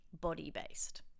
body-based